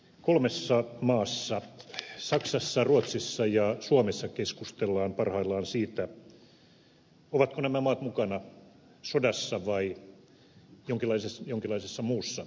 kolmessa maassa saksassa ruotsissa ja suomessa keskustellaan parhaillaan siitä ovatko nämä maat mukana sodassa vai jonkinlaisessa muussa operaatiossa